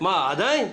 בעזרת השם,